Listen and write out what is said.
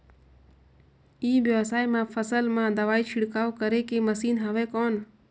ई व्यवसाय म फसल मा दवाई छिड़काव करे के मशीन हवय कौन?